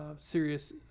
serious